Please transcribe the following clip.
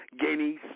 guineas